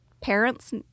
Parents